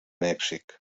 mèxic